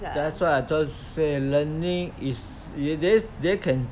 that's why I just say learning is is they they can